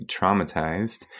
traumatized